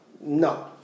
no